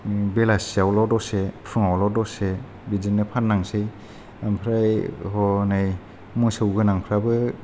बेलासियावल' दसे फुङावल' दसे बिदिनो फाननांसै आमफ्राय हनै मोसौ गोनांफ्राबो